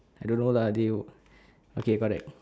I don't know lah they'll okay correct